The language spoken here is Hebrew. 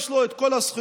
יש לו את כל הזכויות,